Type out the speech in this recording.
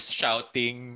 shouting